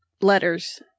letters